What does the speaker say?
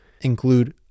include